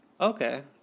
Okay